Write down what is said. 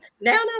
Now